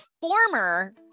former